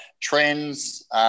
trends